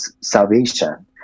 salvation